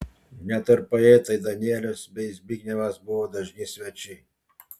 net ir poetai danielius bei zbignevas buvo dažni svečiai